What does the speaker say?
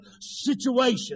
situation